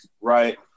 right